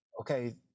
okay